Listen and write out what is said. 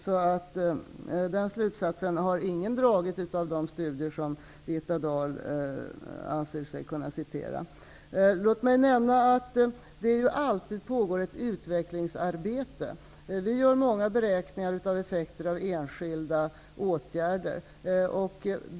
Slutsatsen i det förslaget har ingen dragit av de studier som Birgitta Dahl har citerat. Låt mig nämna att det alltid pågår ett utvecklingsarbete. Vi gör många beräkningar av effekter av enskilda åtgärder.